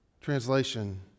Translation